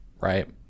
right